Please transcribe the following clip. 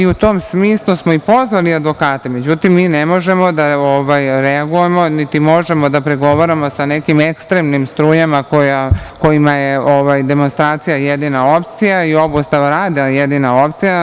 U tom smislu smo i pozvali advokate, međutim, mi ne možemo da reagujemo niti možemo da pregovaramo sa nekim ekstremnim strujama kojima je demonstracija jedina opcija i obustava rada jedina opcija.